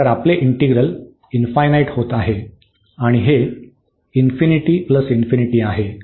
तर आपले इंटिग्रल होत आहे आणि हे ∞∞ आहे